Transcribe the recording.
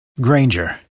Granger